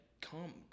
come